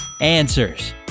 Answers